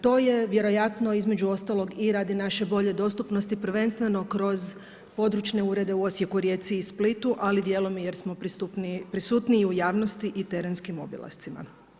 To je vjerojatno između ostalog i radi naše bolje dostupnosti prvenstveno kroz područne urede u Osijeku, Rijeci i Splitu ali dijelom i jer smo prisutniji u javnosti terenskim obilascima.